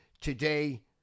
Today